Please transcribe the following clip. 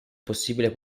possibile